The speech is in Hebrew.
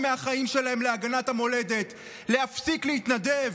מהחיים שלהם להגנת המולדת להפסיק להתנדב?